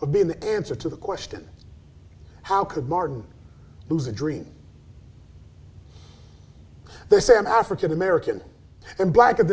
of being the answer to the question how could martin lose a dream they say i'm african american and black and